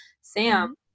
Sam